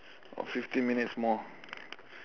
got fifteen minutes more